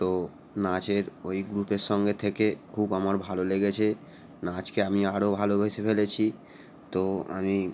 তো নাচের ওই গ্রুপের সঙ্গে থেকে খুব আমার ভালো লেগেছে নাচকে আমি আরও ভালবেসে ফেলেছি তো আমি